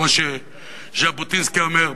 כמו שז'בוטינסקי אומר.